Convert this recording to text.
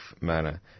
manner